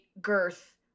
girth